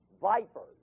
vipers